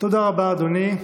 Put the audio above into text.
תודה רבה, אדוני.